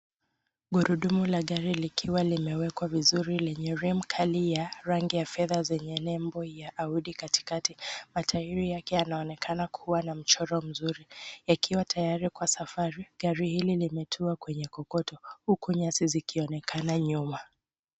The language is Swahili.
Gurudumu la gari likiwa limewekwa vizuri lenye rim kali ya rangi ya fedha zenye nembo ya Audi katikati. Matairi yake yanaonekana kuwa na mchoro mzuri yakiwa tayari kwa safari. Gari hili limetua kwenye kokoto huku nyasi zikionekana nyuma.